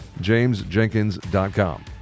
jamesjenkins.com